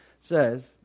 Says